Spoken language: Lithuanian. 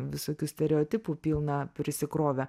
visokių stereotipų pilna prisikrovė